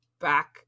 back